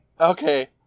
Okay